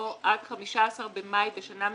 -- "או עד 1 במאי בשנה מסוימת,